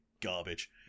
garbage